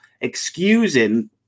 excusing